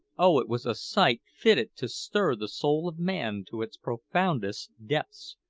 oh, it was a sight fitted to stir the soul of man to its profoundest depths!